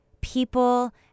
people